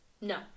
No